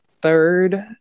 third